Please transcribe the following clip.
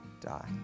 die